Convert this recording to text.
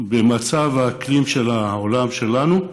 במצב האקלים של העולם שלנו,